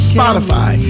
Spotify